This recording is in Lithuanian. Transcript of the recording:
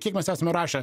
kiek mes esame rašę